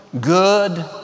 good